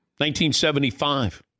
1975